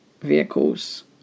vehicle's